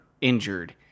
injured